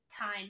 time